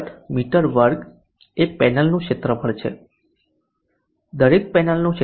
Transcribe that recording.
63 મી2 એ પેનલનું ક્ષેત્રફળ છે દરેક પેનલનું ક્ષેત્રફળ 1